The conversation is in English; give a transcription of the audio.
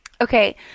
Okay